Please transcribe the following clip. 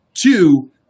two